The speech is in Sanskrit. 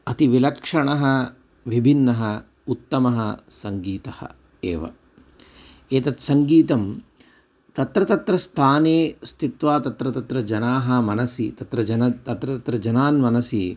अति विलक्षणः विभिन्नः उत्तमः सङ्गीतः एव एतत् सङ्गीतं तत्र तत्र स्थाने स्थित्वा तत्र तत्र जनाः मनसि तत्र जन तत्र तत्र जनानां मनसि